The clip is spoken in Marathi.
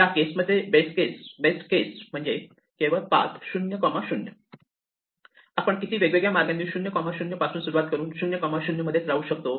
या केसमध्ये बेस्ट केस म्हणजे केवळ पाथ 00 आपण किती वेगवेगळ्या मार्गांनी 00 पासून सुरुवात करून 00 मध्येच राहू शकतो